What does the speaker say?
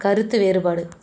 கருத்து வேறுபாடு